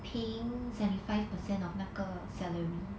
paying seventy five percent of 那个 salary